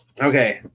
Okay